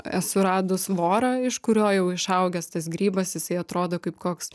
ne esu radus vorą iš kurio jau išaugęs tas grybas jisai atrodo kaip koks